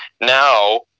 now